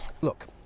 Look